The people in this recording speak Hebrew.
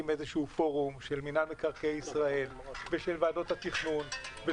איזשהו פורום של מנהל מקרקעי ישראל ושל ועדות התכנון,